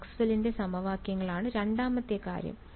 മാക്സ്വെല്ലിന്റെ Maxwell's സമവാക്യങ്ങളാണ് രണ്ടാമത്തെ കാര്യം